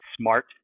smart